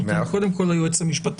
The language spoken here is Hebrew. נותן את זכות הדיבור קודם כל ליועץ המשפטי.